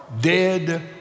dead